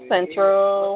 Central